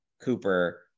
cooper